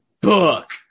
book